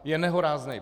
Je nehorázný.